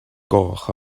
goch